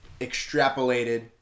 extrapolated